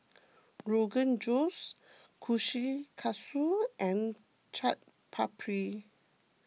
Rogan Josh Kushikatsu and Chaat Papri